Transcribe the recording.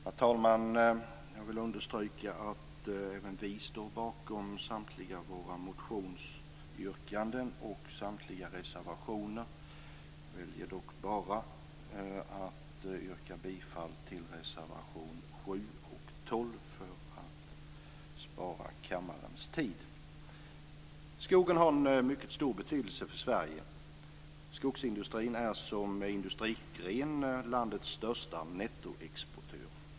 Herr talman! Jag vill understryka att även vi står bakom samtliga våra motionsyrkanden och samtliga reservationer. Jag väljer dock bara att yrka bifall till reservation 7 och 12 för att spara kammarens tid. Skogen har en mycket stor betydelse för Sverige. Skogsindustrin är som industrigren landets största nettoexportör.